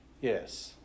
Yes